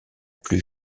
plus